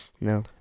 No